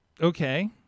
Okay